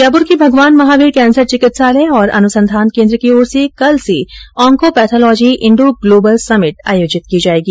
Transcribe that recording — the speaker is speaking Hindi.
जयपुर के भगवान महावीर कैंसर चिकित्सालय और अनुसंधान केन्द्र की ओर से कल से ऑन्कोपैथोलॉजी इंडो ग्लोबल समिट आयोजित किया जायेगा